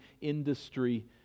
industry